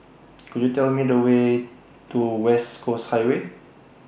Could YOU Tell Me The Way to West Coast Highway